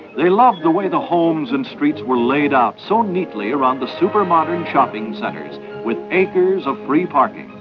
they loved the way the homes and streets were laid out so neatly around the super-modern shopping centres, with acres of free parking.